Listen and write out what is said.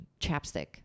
chapstick